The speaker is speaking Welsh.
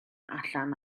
allan